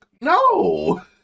No